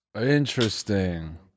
Interesting